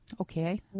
Okay